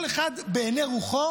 כל אחד בעיני רוחו